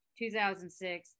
2006